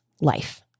life